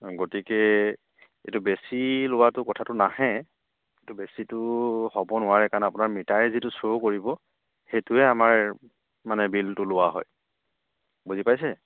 গতিকে এইটো বেছি লোৱাটো কথাটো নাহে এইটো বেছিটো হ'ব নোৱাৰে কাৰণ আপোনাৰ মিটাৰে যিটো শ্ব' কৰিব সেইটোৱে আমাৰ মানে বিলটো লোৱা হয় বুজি পাইছে